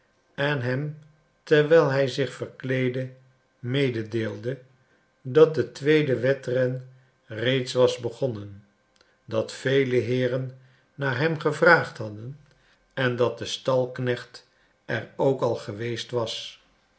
en hem terwijl hij zich verkleedde mededeelde dat de tweede wedren reeds was begonnen dat vele heeren naar hem gevraagd hadden en dat de stalknecht er ook al geweest was